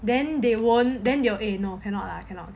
then they won't then they will eh no cannot lah cannot